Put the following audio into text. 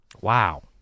Wow